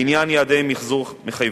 לעניין יעדי מיחזור מחייבים: